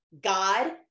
God